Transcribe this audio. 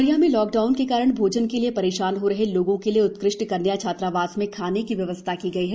उमरिया में lockdown के कारण भोजन के लिए परेशान हो रहे लोगों के लिए उत्कृष्ट कन्या छात्रावास में खाने की व्यवस्था की गई है